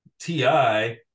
Ti